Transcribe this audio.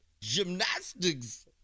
gymnastics